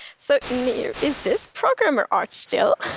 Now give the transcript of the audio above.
so nir, is this programmer art, still?